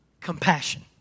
Compassion